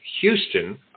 Houston